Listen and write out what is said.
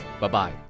Bye-bye